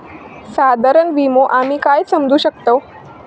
साधारण विमो आम्ही काय समजू शकतव?